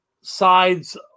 sides